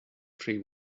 free